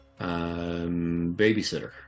Babysitter